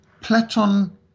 Platon